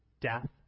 death